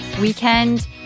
weekend